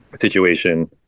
situation